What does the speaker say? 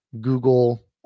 Google